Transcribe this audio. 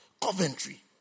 Coventry